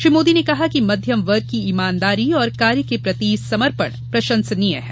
श्री मोदी ने कहा कि मध्यम वर्ग की ईमानदारी और कार्य की प्रति समर्पण प्रशंसनीय है